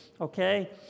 okay